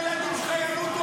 הילדים שלך ימותו,